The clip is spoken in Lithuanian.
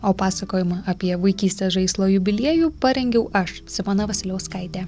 o pasakojimą apie vaikystės žaislo jubiliejų parengiau aš simona vasiliauskaitė